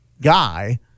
guy